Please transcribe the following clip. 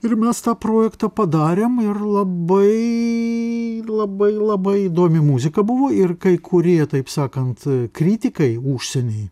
ir mes tą projektą padarėm ir labai labai labai įdomi muzika buvo ir kai kurie taip sakant kritikai užsieny